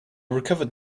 recovered